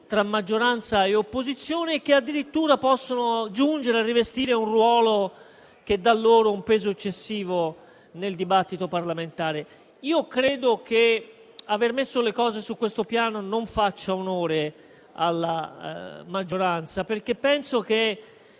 tra maggioranza e opposizione e che addirittura possono giungere a rivestire un ruolo che dà loro un peso eccessivo nel dibattito parlamentare. Io credo che aver messo le cose su questo piano non faccia onore alla maggioranza perché penso che